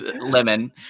lemon